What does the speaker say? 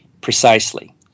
precisely